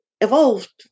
evolved